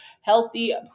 healthy